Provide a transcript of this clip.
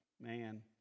Man